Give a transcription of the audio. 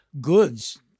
goods